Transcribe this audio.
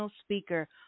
speaker